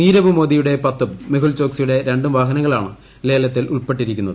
നീരവ് മ്മോദിയുടെ പത്തും മെഹുൽ ചോക്സിയുടെ രണ്ടുപ്പു വാഹനങ്ങളാണ് ലേലത്തിൽ ഉൾപ്പെട്ടിരിക്കുന്നത്